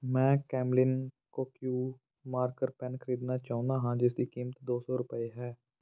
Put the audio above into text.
ਮੈਂ Camlin Kokuyo marker pen ਖਰੀਦਣਾ ਚਾਹੁੰਦਾ ਹਾਂ ਜਿਸ ਦੀ ਕੀਮਤ ਦੋ ਸੌ ਰੁਪਏ ਹੈ